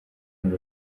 ngo